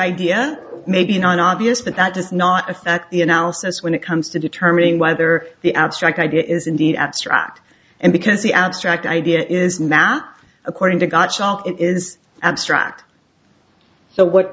idea maybe non obvious but that does not affect the analysis when it comes to determining whether the abstract idea is indeed abstract and because the abstract idea is not according to got shot it is abstract so what